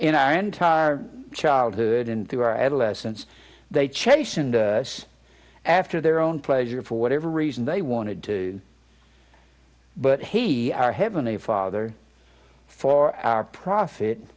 in our entire childhood and through our adolescence they chastened us after their own pleasure for whatever reason they wanted to but he our heavenly father for our profit